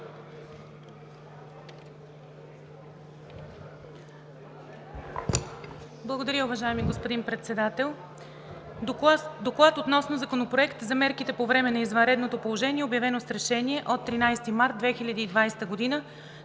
Благодаря, уважаеми господин Председател. „Доклад относно Законопроект за мерките по време на извънредното положение, обявено с решение от 13 март 2020 г. на